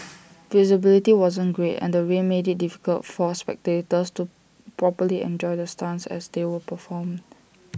visibility wasn't great and the rain made IT difficult for spectators to properly enjoy the stunts as they were performed